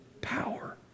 power